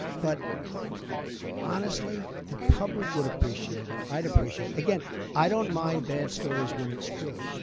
but honestly, the public would appreciate it. i'd appreciate it. again, i don't mind bad stories when it's true.